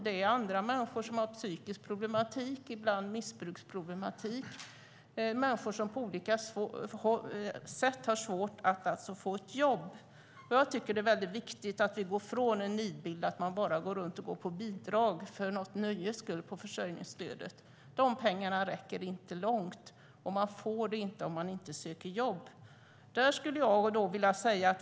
Det är andra människor som har psykisk problematik, ibland missbruksproblematik, och det är människor som på olika sätt har svårt att få ett jobb. Jag tycker att det är viktigt att vi går från en nidbild av att de bara går runt och går på bidrag, på försörjningsstöd, för sitt nöjes skull. De pengarna räcker inte långt, och man får dem inte om man inte söker jobb.